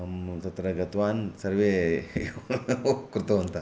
अहं तत्र गतवान् सर्वे ओह् कृतवन्तः